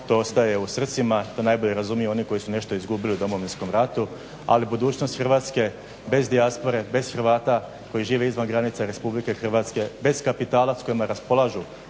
To ostaje u srcima. To najbolje razumiju oni koji su nešto izgubili u Domovinskom ratu. Ali budućnost Hrvatske bez dijaspore, bez Hrvata koji žive izvan granica RH, bez kapitala s kojim raspolažu